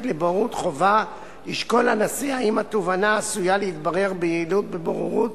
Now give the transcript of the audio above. לבוררות חובה ישקול הנשיא האם התובענה עשויה להתברר ביעילות בבוררות,